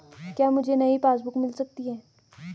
क्या मुझे नयी पासबुक बुक मिल सकती है?